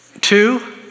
two